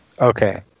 Okay